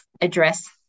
address